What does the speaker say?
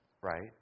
right